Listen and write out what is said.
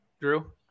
Drew